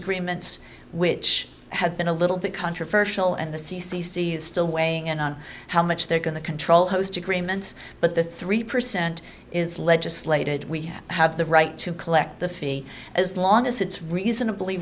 agreements which have been a little bit controversial and the c c c is still weighing in on how much they're going to control hosed agreements but the three percent is legislated we have the right to collect the fee as long as it's reasonably